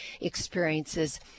experiences